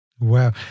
Wow